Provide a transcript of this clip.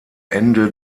ende